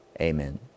Amen